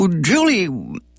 Julie